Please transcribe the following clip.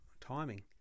timing